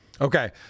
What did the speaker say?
Okay